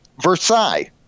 Versailles